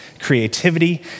creativity